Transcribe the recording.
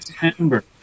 September